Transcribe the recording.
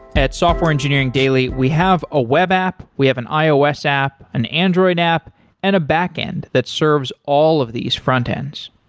at software engineering daily, we have a web app, we have an ios app, an android app and a back-end that serves all of these frontends.